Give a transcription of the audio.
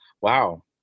Wow